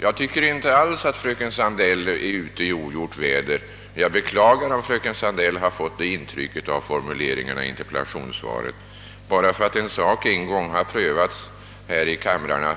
Jag tycker inte alls att fröken Sandell är ute i ogjort väder — jag beklagar om hon har fått det intrycket av formuleringen i interpellationssvaret. Bara för att en sak en gång har prövats här i kamrarna är